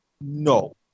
No